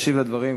ישיב על הדברים,